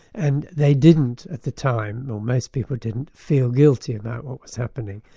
and they didn't at the time, or most people didn't, feel guilty about what was happening,